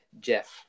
Jeff